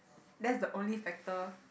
that's the only factor